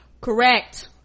correct